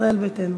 מישראל ביתנו.